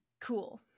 Cool